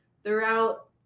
throughout